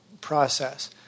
process